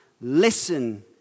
listen